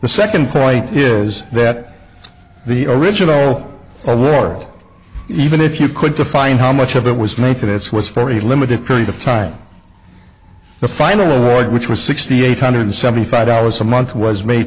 the second point is that the original award even if you could define how much of it was made to this was for a limited period of time the final award which was sixty eight hundred seventy five dollars a month was made